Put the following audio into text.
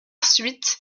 suite